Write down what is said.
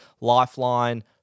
Lifeline